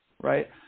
Right